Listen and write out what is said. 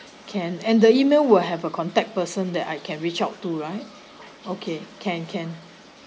can and the email will have a contact person that I can reach out to right okay can can